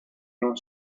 non